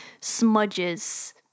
smudges